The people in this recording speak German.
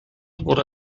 wurde